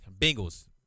Bengals